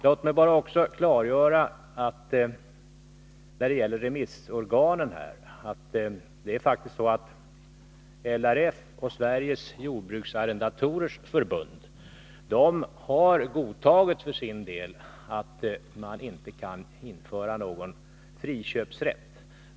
Låt mig också när det gäller remissorganen klargöra att LRF och Sveriges jordbruksarrendatorers förbund faktiskt har godtagit att man inte kan införa någon friköpsrätt.